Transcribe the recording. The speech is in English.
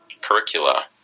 curricula